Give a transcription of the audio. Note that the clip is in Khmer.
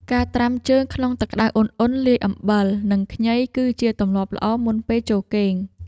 ការត្រាំជើងក្នុងទឹកក្តៅឧណ្ហៗលាយអំបិល និងខ្ញី គឺជាទម្លាប់ល្អមុនពេលចូលគេង។